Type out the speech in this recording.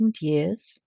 years